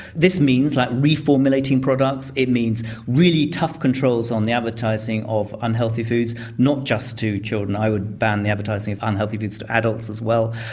this means like reformulating products, it means really tough controls on the advertising of unhealthy foods, not just to children i would ban the advertising of unhealthy food to adults as well.